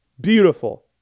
beautiful